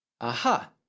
Aha